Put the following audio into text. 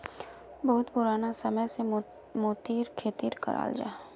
बहुत पुराना समय से मोतिर खेती कराल जाहा